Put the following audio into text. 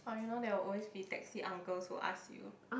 there will always be taxi uncles who ask you